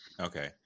Okay